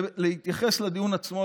להתייחס לדיון עצמו,